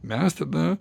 mes tada